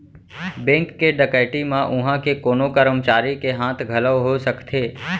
bank के डकैती म उहां के कोनो करमचारी के हाथ घलौ हो सकथे